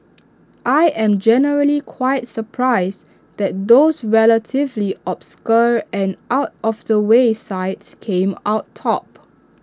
I am generally quite surprised that those relatively obscure and out of the way sites came out top